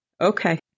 okay